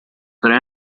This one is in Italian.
tre